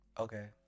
okay